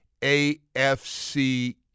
AFC